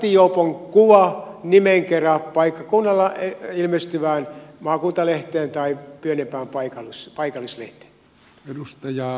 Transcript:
rattijuopon kuva nimen kera paikkakunnalla ilmestyvään maakuntalehteen tai pienempään paikallislehteen